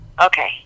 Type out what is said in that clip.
Okay